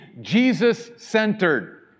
Jesus-centered